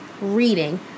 reading